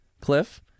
Cliff